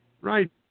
Right